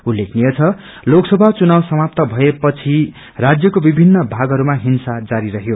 उल्लेखनीय छ लोकसभा चुनावसामाप्त भउएपछि राज्यको विभिन्न भागहरूमा हिंसा जारी रहयो